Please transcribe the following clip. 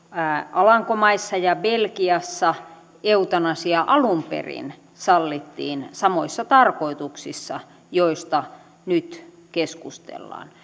alankomaissa ja belgiassa eutanasia alun perin sallittiin samoissa tarkoituksissa joista nyt keskustellaan